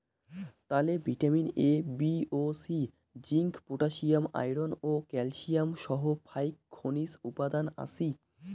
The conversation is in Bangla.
তালে ভিটামিন এ, বি ও সি, জিংক, পটাশিয়াম, আয়রন ও ক্যালসিয়াম সহ ফাইক খনিজ উপাদান আছি